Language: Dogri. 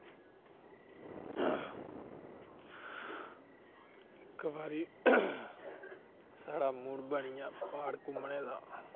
इक बारी साढ़ा मूड़ बनी गेआ प्हाड़ घूमने दा